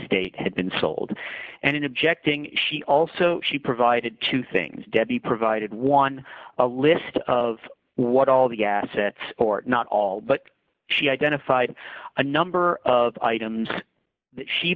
state had been sold and in objecting she also she provided two things debbie provided one a list of what all the assets or not all but she identified a number of items